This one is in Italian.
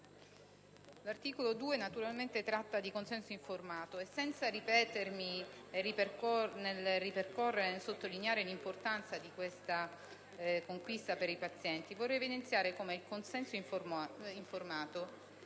naturalmente del consenso informato: senza ripetermi nel ripercorrere e sottolineare l'importanza di tale conquista per i pazienti, vorrei evidenziare come il consenso informato